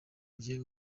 mugiye